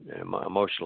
emotional